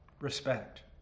respect